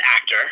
actor